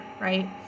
Right